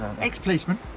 ex-policeman